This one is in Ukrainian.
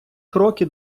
кроки